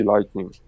Lightning